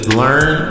learn